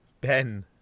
Ben